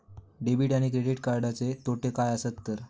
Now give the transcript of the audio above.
Debit आणि credit कार्डचे तोटे काय आसत तर?